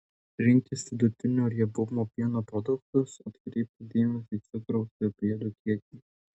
rinktis vidutinio riebumo pieno produktus atkreipti dėmesį į cukraus ir priedų kiekį